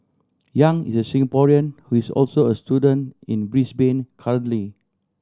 Yang is a Singaporean who is also a student in Brisbane currently